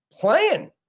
playing